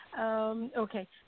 Okay